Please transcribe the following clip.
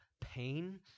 pain